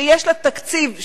שיש לה תקציב שלה,